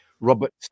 Robert